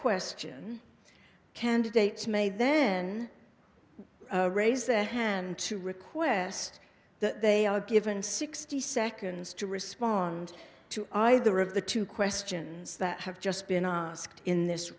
question candidates may then raise their hand to request that they are given sixty seconds to respond to either of the two questions that have just been asked in this